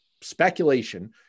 speculation